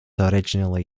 originally